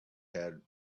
had